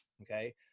Okay